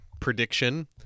prediction